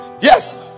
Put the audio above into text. yes